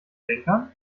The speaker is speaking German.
bänkern